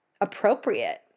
appropriate